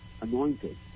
anointed